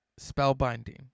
spellbinding